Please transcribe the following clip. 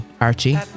Archie